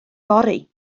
fory